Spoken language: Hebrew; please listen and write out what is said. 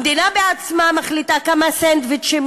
המדינה בעצמה מחליטה כמה סנדוויצ'ים